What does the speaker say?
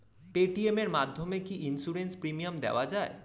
Paytm এর মাধ্যমে কি ইন্সুরেন্স প্রিমিয়াম দেওয়া যায়?